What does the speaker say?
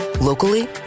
Locally